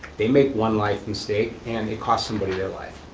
they make one life mistake, and it costs somebody their life,